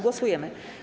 Głosujemy.